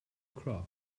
craft